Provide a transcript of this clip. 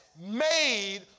Made